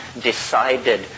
decided